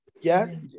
Yes